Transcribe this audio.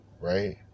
right